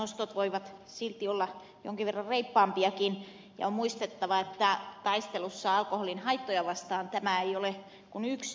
nostot voivat silti olla jonkin verran reippaampiakin ja on muistettava että taistelussa alkoholin haittoja vastaan tämä ei ole kuin yksi teko